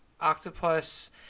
octopus